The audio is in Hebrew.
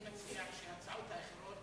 אני מציע שההצעות הבאות